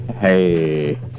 Hey